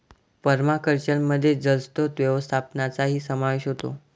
पर्माकल्चरमध्ये जलस्रोत व्यवस्थापनाचाही समावेश होतो